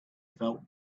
felt